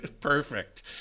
Perfect